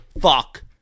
fuck